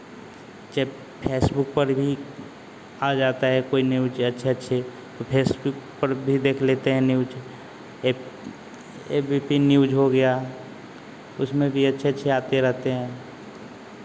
जब फेसबुक पर भी आ जाता है कोई न्यूज़ अच्छे अच्छे तो फेसबुक पर भी देख लेते हैं न्यूज़ एक ए बी पी न्यूज़ हो गया उसमें भी अच्छे अच्छे आते रहते हैं